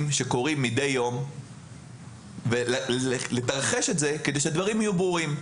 שקורים מדי יום ולתרחש את זה כדי שהדברים יהיו ברורים,